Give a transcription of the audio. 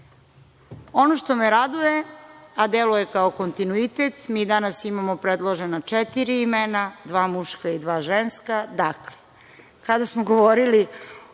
što me raduje, a deluje kao kontinuitet, mi danas imamo predložena četiri imena, dva muška i dva ženska.